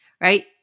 right